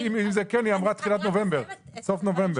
היא אמרה סוף נובמבר.